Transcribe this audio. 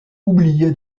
oublié